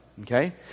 okay